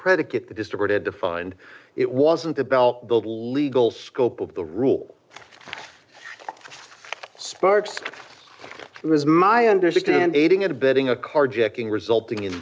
predicate the distorted defined it wasn't the belt build legal scope of the rule sports was my understand aiding and abetting a carjacking resulting in